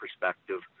perspective